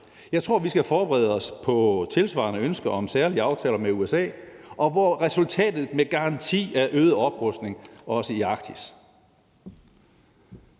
Jeg tror, vi skal forberede os på tilsvarende ønsker om særlige aftaler med USA, hvor resultatet med garanti er øget oprustning, også i Arktis.